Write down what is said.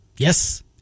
Yes